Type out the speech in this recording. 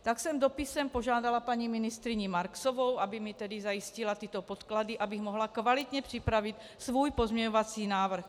Tak jsem dopisem požádala paní ministryni Marksovou, aby mi zajistila tyto podklady, abych mohla kvalitně připravit svůj pozměňovací návrh.